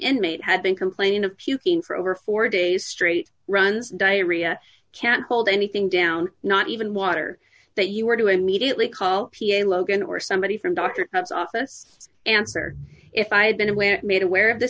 inmate had been complaining of puking for over four days straight runs diarrhea can't hold anything down not even water that you were to immediately call p a logan or somebody from dr perhaps office answer if i had been aware made aware of the